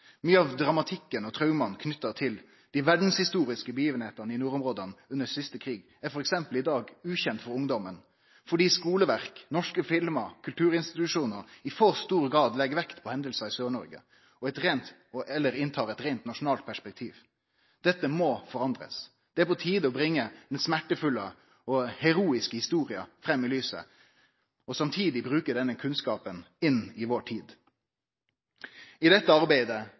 av dramatikken og mange av trauma knytte til dei verdshistoriske hendingane i nordområda under siste krig er f.eks. i dag ukjente for ungdomen fordi skuleverk, norske filmar og kulturinstitusjonar i for stor grad legg vekt på hendingar i Sør-Noreg, eller har eit reint nasjonalt perspektiv. Dette må forandrast. Det er på tide å bringe den smertefulle og heroiske historia fram i lyset og samtidig bruke denne kunnskapen inn i vår tid. I dette arbeidet